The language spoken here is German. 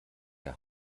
der